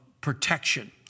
protection